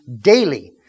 daily